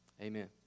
Amen